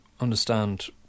understand